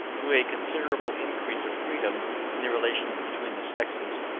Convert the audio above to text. to a considerable increase of freedom in the relations between the sexes,